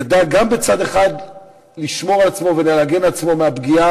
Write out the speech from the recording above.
ידע גם מצד אחד לשמור על עצמו ולהגן על עצמו מהפגיעה